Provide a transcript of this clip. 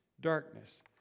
darkness